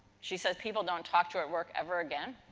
she says people don't talk to her at work ever again.